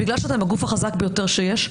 ובגלל שאתם הגוף החזק ביותר שיש,